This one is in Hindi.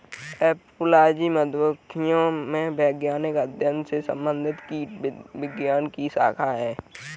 एपोलॉजी मधुमक्खियों के वैज्ञानिक अध्ययन से संबंधित कीटविज्ञान की शाखा है